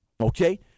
Okay